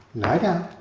lie down.